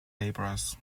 labourers